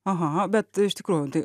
aha bet iš tikrųjų tai